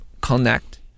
connect